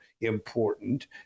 important